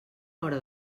hora